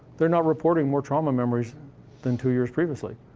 they're not reporting more trauma memories than two years previously.